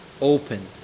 Open